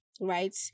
right